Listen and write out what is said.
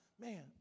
man